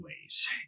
ways